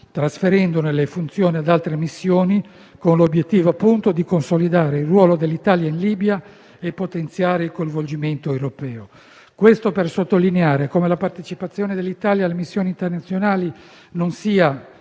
trasferendone le funzioni ad altre missioni, con l'obiettivo, appunto, di consolidare il ruolo dell'Italia in Libia e potenziare il coinvolgimento europeo. Questo per sottolineare come la partecipazione dell'Italia alle missioni internazionali sia non solo